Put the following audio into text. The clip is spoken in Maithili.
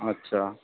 अच्छा